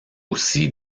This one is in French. aussi